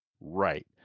right